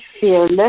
fearless